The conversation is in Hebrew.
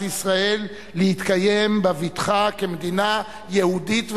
ישראל להתקיים בבטחה כמדינה יהודית ודמוקרטית?